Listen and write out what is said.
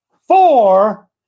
four